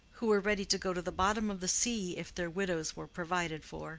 who were ready to go to the bottom of the sea if their widows were provided for.